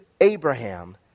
Abraham